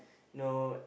no